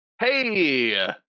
Hey